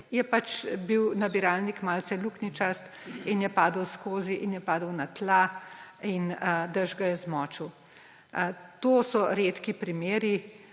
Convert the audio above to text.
je pač bil nabiralnik malce luknjičast in je padel skozi in je padel na tla in dež ga je zmočil. To so redki primeri.